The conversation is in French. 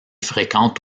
fréquente